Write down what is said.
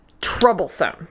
troublesome